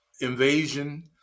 invasion